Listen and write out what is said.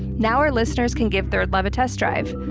now our listeners can give third love a test drive.